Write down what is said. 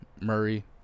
Murray